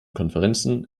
konferenzen